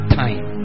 time